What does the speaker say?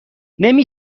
نمی